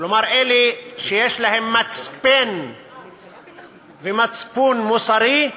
כלומר אלה שיש להם מצפן ומצפון מוסרי,